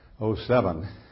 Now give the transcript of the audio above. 07